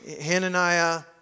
Hananiah